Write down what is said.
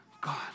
God